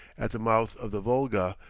at the mouth of the volga,